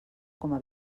coma